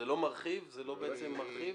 זה לא בעצם מרחיב?